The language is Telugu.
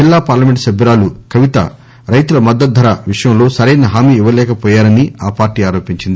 జిల్లా పార్లమెంటు సభ్యురాలు కవిత రైతుల మద్దతు ధర విషయంలో సరైన హామీ ఇవ్వలేక పోయారని ఆ పార్టీ ఆరోపించింది